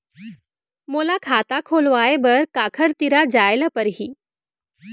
मोला खाता खोलवाय बर काखर तिरा जाय ल परही?